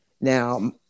Now